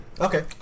Okay